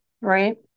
Right